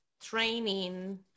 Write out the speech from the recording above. training